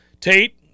Tate